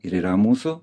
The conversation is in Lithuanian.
ir yra mūsų